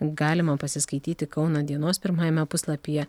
galima pasiskaityti kauno dienos pirmajame puslapyje